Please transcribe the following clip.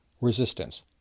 Resistance